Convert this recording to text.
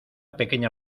pequeña